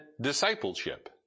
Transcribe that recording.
discipleship